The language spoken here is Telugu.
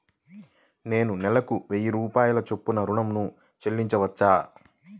నేను నెలకు వెయ్యి రూపాయల చొప్పున ఋణం ను చెల్లించవచ్చా?